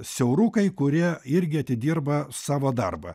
siaurukai kurie irgi atidirba savo darbą